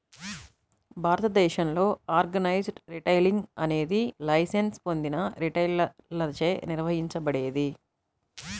భారతదేశంలో organised retailing అనేది licence పొందిన రిటైలర్లచే నిర్వహించబడేది